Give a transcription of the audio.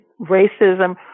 racism